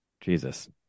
Jesus